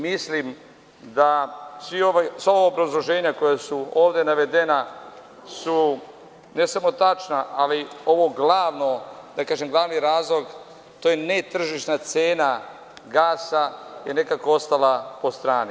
Mislim da sva ova obrazloženja koja su ovde navedena, su ne samo tačna, ali ovo glavno, da kažem glavni razlog, to je netržišna cena gasa ostala je nekako po strani.